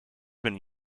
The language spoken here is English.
been